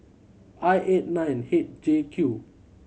I eight nine H J Q